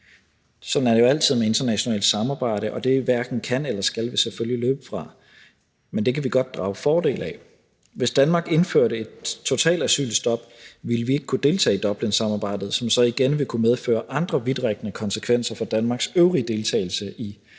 Sådan er det jo altid med internationalt samarbejde, og det hverken kan eller skal vi selvfølgelig løbe fra, men vi kan godt drage fordel af det. Hvis Danmark indførte et totalt asylstop, ville vi ikke kunne deltage i Dublinsamarbejdet, som så igen ville kunne medføre andre vidtrækkende konsekvenser for Danmarks øvrige deltagelse i